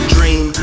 Dream